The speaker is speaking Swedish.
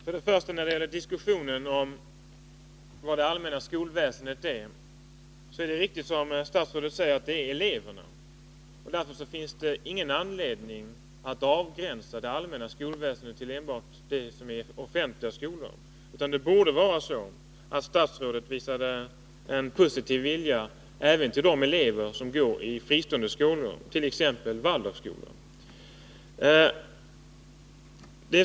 Herr talman! När det gäller diskussionen om vad det allmänna skolväsendet är, är det riktigt som statsrådet säger, att det utgörs av eleverna. Därför finns det inte någon anledning att avgränsa det allmänna skolväsendet till enbart offentliga skolor, utan statsrådet borde visa en positiv vilja även mot de elever som går i fristående skolor, t.ex. Waldorfskolor.